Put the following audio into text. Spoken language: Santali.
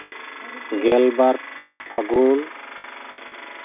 ᱜᱮᱞᱵᱟᱨ ᱯᱷᱟᱹᱜᱩᱱ